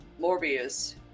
Morbius